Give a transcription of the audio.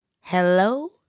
hello